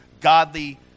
godly